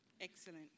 Excellent